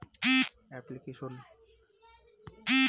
application মানে হল পদ্ধতি যেটা কোনো কাজের জন্য করে